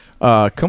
Come